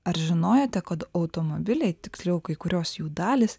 ar žinojote kad automobiliai tiksliau kai kurios jų dalys